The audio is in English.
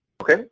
Okay